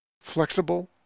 Flexible